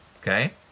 Okay